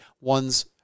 one's